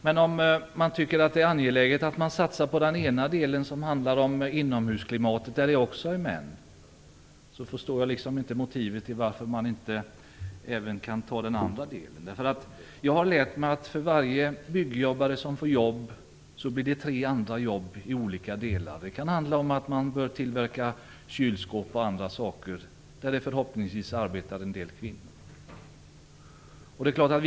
Men om man tycker att det är angeläget att man satsar på den ena delen, dvs. inomhusklimatet, där det också jobbar flest män, förstår jag inte motivet till att man inte kan ta även den andra delen. Jag har lärt mig att för varje byggjobbare som får jobb, skapas tre andra jobb i andra branscher. Det kan handla om att tillverka kylskåp och andra saker, och inom dessa verksamheter arbetar det förhoppningsvis en del kvinnor.